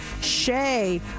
Shay